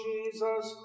Jesus